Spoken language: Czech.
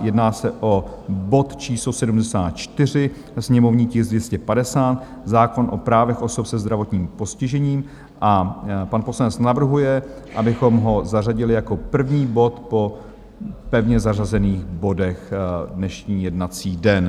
Jedná se o bod číslo 74, sněmovní tisk 250, zákon o právech osob se zdravotním postižením, a pan poslanec navrhuje, abychom ho zařadili jako první bod po pevně zařazených bodech dnešní jednací den.